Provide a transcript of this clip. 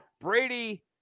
Brady